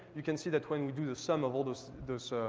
you can see that when we do the sum of all those those